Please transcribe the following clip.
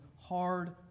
hard